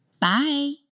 Bye